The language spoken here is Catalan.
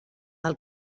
del